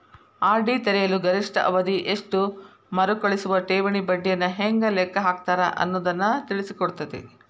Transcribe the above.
RD ತೆರೆಯಲು ಗರಿಷ್ಠ ಅವಧಿ ಎಷ್ಟು ಮರುಕಳಿಸುವ ಠೇವಣಿ ಬಡ್ಡಿಯನ್ನ ಹೆಂಗ ಲೆಕ್ಕ ಹಾಕ್ತಾರ ಅನ್ನುದನ್ನ ತಿಳಿಸಿಕೊಡ್ತತಿ